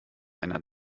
einer